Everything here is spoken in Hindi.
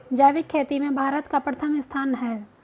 जैविक खेती में भारत का प्रथम स्थान है